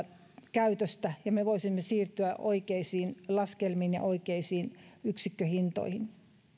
käytöstä ja me voisimme siirtyä oikeisiin laskelmiin ja oikeisiin yksikköhintoihin